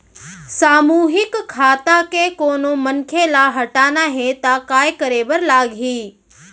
सामूहिक खाता के कोनो मनखे ला हटाना हे ता काय करे बर लागही?